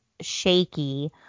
shaky